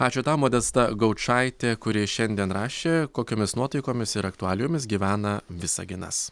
ačiū tau modesta gaučaitė kuri šiandien rašė kokiomis nuotaikomis ir aktualijomis gyvena visaginas